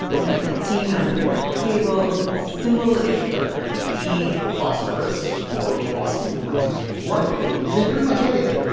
number fifteen on the periodic table, its symbol is the letter p phosphorus or phosphate in its usable form is in pretty much everything.